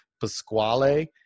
pasquale